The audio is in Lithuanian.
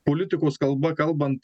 politikos kalba kalbant